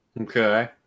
Okay